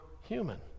human